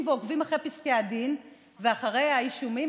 ועוקבים אחרי פסקי הדין ואחרי האישומים,